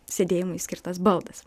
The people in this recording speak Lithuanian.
sėdėjimui skirtas baldas